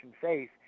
faith